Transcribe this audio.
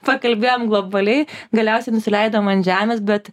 pakalbėjom globaliai galiausiai nusileidom ant žemės bet